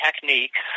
techniques